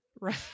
Right